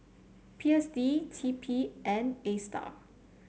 P S D T P and Astar